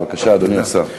בבקשה, אדוני השר.